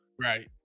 right